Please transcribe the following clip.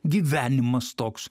gyvenimas toks